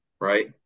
right